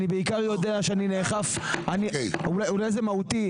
באמת משפט, ואולי זה מהותי.